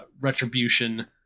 retribution